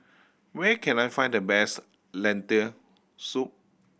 where can I find the best Lentil Soup